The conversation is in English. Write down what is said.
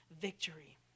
victory